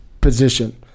position